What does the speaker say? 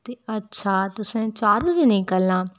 ते अच्छा तुसें चार बजे निकलना